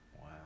wow